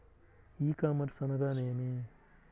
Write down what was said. ఈ కామర్స్ అనగానేమి?